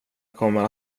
kommer